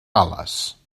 ales